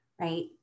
right